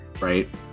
right